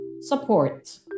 support